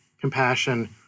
compassion